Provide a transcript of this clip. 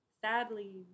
Sadly